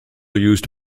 used